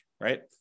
right